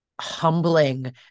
humbling